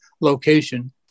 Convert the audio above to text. location